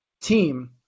team